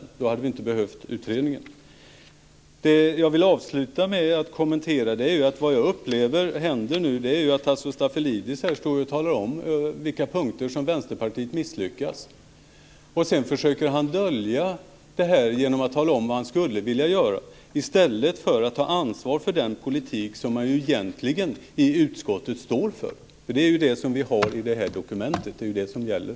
I så fall hade vi inte behövt att tillsätta en utredning. Vad jag upplever nu är att Tasso Stafilidis står här och talar om på vilka punkter som Vänsterpartiet har misslyckats. Sedan försöker han dölja detta genom att tala om vad han skulle vilja göra i stället för att ta ansvar för den politik som han egentligen i utskottet står för. Det är ju det som står i det här dokumentet, och det är detta som gäller.